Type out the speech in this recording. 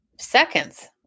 seconds